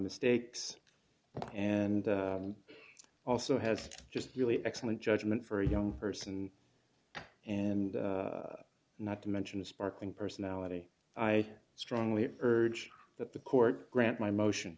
mistakes and also has just really excellent judgment for a young person and not to mention a sparkling personality i strongly urge that the court grant my motion